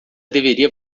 deveria